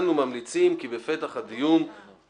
אנו ממליצים כי בפתח הדיון תודיע',